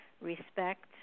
respect